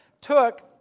took